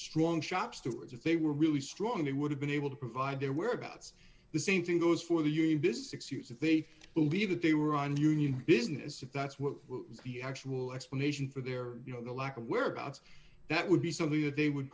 shop stewards if they were really strong they would have been able to provide their whereabouts the same thing goes for the union business six years if they believe that they were on union business if that's what the actual explanation for their you know the lack of whereabouts that would be something that they would